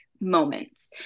moments